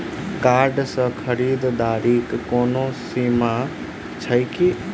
Card सँ खरीददारीक कोनो सीमा छैक की?